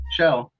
Shell